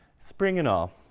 spring and all